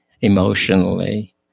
emotionally